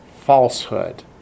falsehood